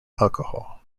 alcohol